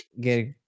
get